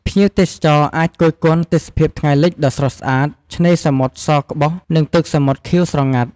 ភ្ញៀវទេសចរអាចគយគន់ ទេសភាពថ្ងៃលិចដ៏ស្រស់ស្អាត ឆ្នេរសមុទ្រសក្បុស និងទឹកសមុទ្រខៀវស្រងាត់។